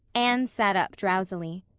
anne sat up drowsily.